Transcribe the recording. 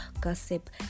gossip